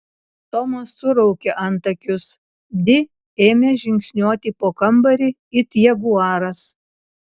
tomas suraukė antakius di ėmė žingsniuoti po kambarį it jaguaras